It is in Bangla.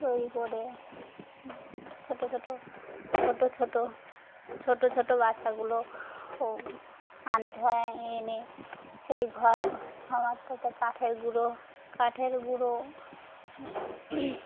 তৈরি করে ছোটো ছোটো ছোটো ছোটো ছোটো ছোটো বাচ্চাগুলো আনতে এনে সেই ঘর আমার থেকে কাঠের গুঁড়ো কাঠের গুঁড়ো